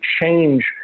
change